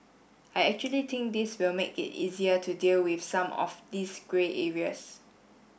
I actually think this will make it easier to deal with some of these grey areas